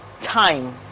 time